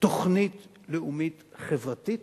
תוכנית לאומית חברתית